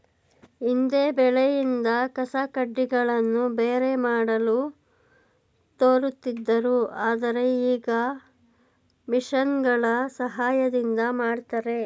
ಹಿಂದೆ ಬೆಳೆಯಿಂದ ಕಸಕಡ್ಡಿಗಳನ್ನು ಬೇರೆ ಮಾಡಲು ತೋರುತ್ತಿದ್ದರು ಆದರೆ ಈಗ ಮಿಷಿನ್ಗಳ ಸಹಾಯದಿಂದ ಮಾಡ್ತರೆ